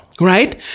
Right